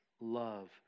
love